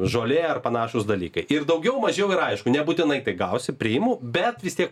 žolė ar panašūs dalykai ir daugiau mažiau yra aišku nebūtinai tai gausi priimu bet vis tiek